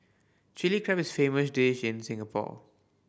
Chilli Crab is a famous dish in Singapore